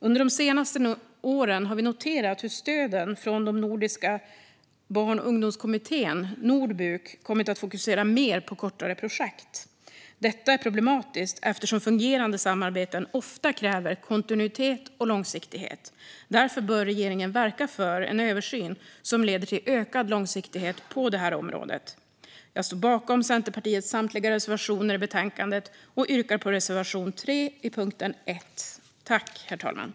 Under de senaste åren har vi noterat hur stöden från Nordiska barn och ungdomskommittén, Nordbuk, kommit att fokusera mer på kortare projekt. Detta är problematiskt eftersom fungerande samarbeten ofta kräver kontinuitet och långsiktighet. Därför bör regeringen verka för en översyn som leder till ökad långsiktighet på detta område. Jag står bakom Centerpartiets samtliga reservationer i betänkandet men yrkar bifall endast till reservation 3 under punkt 1.